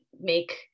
make